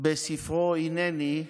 בספרו "הנני",